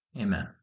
Amen